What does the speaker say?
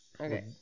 Okay